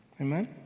Amen